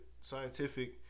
scientific